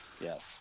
Yes